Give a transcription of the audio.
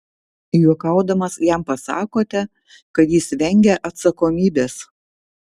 juokaudamas jam pasakote kad jis vengia atsakomybės